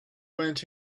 went